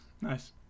Nice